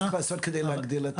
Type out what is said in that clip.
מה צריך לעשות כדי להגדיל?